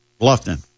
Bluffton